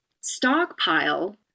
stockpile